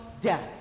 death